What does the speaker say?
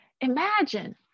imagine